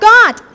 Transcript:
God